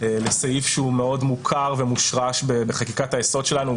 לסעיף שהוא מאוד מוכר ומושרש בחקיקת היסוד שלנו,